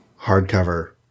hardcover